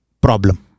problem